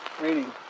raining